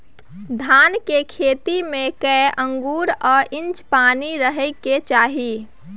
धान के खेत में कैए आंगुर आ इंच पानी रहै के चाही?